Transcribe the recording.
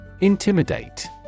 Intimidate